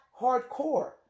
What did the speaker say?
hardcore